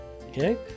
Okay